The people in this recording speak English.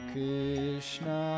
Krishna